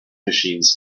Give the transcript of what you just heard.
machines